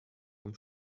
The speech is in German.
vom